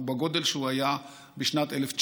הוא בגודל שהיה ב-1924.